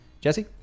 jesse